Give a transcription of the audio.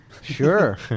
Sure